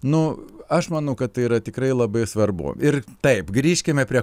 nu aš manau kad tai yra tikrai labai svarbu ir taip grįžkime prie